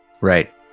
Right